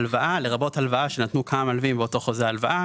"הלוואה" לרבות הלוואה שנתנו כמה מלווים באותו חוזה הלוואה.